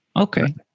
Okay